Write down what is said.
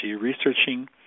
researching